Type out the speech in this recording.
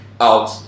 out